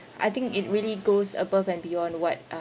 I think it really goes above and beyond what